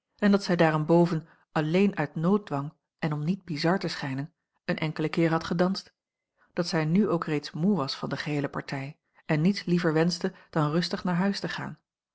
en dat zij daarenboven alleen uit nooddwang en om niet bizar te schijnen een enkelen keer had gedanst dat zij nu ook reeds moe was van de geheele partij en niets liever wenschte dan rustig naar huis te gaan